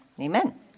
amen